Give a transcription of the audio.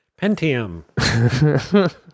Pentium